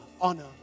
honor